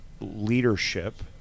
leadership